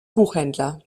buchhändler